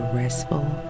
restful